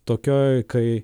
tokioj kai